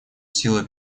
сила